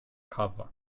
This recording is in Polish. kawa